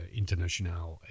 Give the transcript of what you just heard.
internationaal